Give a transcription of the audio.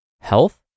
health